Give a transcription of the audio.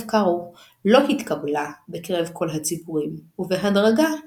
מבוססת על יחידים רבים המגיעים ממקומות רבים.